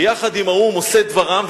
ביחד עם האו"ם עושה דברם,